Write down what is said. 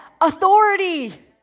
Authority